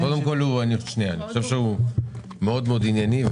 קודם כול, אני חושב שהוא מאוד מאוד ענייני.